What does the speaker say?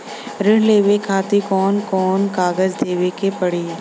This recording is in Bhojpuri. ऋण लेवे के खातिर कौन कोन कागज देवे के पढ़ही?